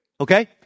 Okay